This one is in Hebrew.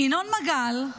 ינון מגל,